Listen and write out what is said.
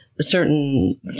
certain